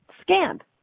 scanned